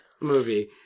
movie